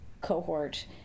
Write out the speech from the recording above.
cohort